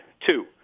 Two